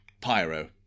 Pyro